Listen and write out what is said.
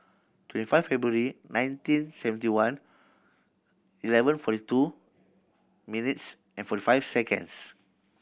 twenty five February nineteen seventy one eleven forty two minutes and forty five seconds